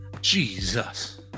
Jesus